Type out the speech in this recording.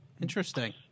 Interesting